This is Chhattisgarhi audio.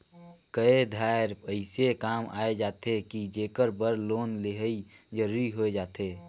कए धाएर अइसे काम आए जाथे कि जेकर बर लोन लेहई जरूरी होए जाथे